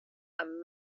and